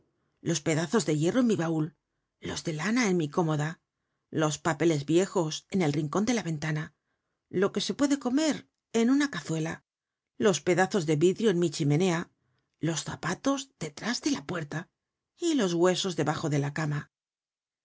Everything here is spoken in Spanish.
los pedazos de hierro en mi baul los de lana en mi cómoda los papeles viejos en el rincon de la ventana lo que se puede comer en una cazuela los pedazos de vidrio en mi chimenea los zapatos detrás de la puerta y los huesos debajo de la cama